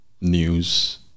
news